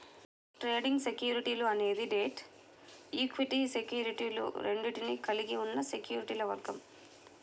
trading సెక్యూరిటీలు అనేది debt, equity సెక్యూరిటీలు రెండింటినీ కలిగి ఉన్న సెక్యూరిటీల వర్గం